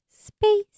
space